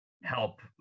help